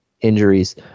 injuries